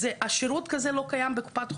שירות כזה לא קיים בקופת חולים.